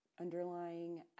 underlying